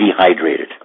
dehydrated